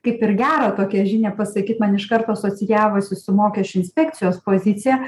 kaip ir gerą tokią žinią pasakyt man iš karto asocijavosi su mokesčių inspekcijos pozicija